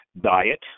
diet